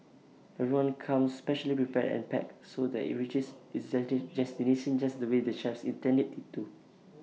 everyone comes specially prepared and packed so that IT reaches its destination just the way the chefs intend IT to